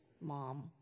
Mom